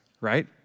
right